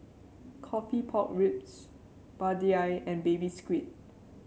coffee Pork Ribs vadai and Baby Squid